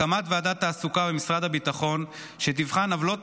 הקמת ועדת תעסוקה במשרד הביטחון שתבחן עוולות